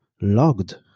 logged